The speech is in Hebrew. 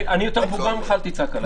אני יותר מבוגר ממך, אל תצעק עלי.